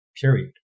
period